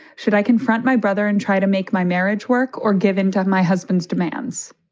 should i confront my brother and try to make my marriage work or give in to my husband's demands?